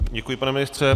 Děkuji, pane ministře.